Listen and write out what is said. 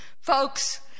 Folks